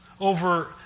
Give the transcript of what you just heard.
over